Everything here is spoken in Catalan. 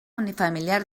unifamiliar